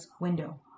window